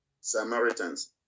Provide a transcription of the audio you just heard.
Samaritans